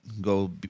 go